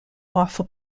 offer